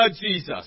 Jesus